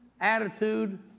attitude